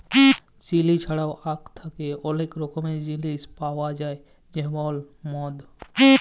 chilli ছাড়াও আখ থ্যাকে অলেক রকমের জিলিস পাউয়া যায় যেমল মদ